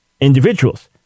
individuals